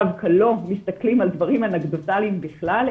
דווקא לא מסתכלים על דברים אנקדוטליים בכלל,